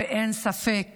ואין ספק